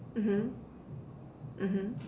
mmhmm mmhmm